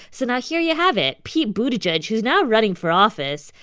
so now here you have it. pete buttigieg, who's now running for office,